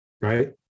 right